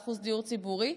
14% דיור ציבורי.